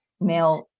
male